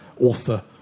author